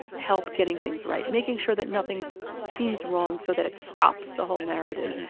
help getting things right, making sure that nothing seems wrong so that it stops the whole narrative.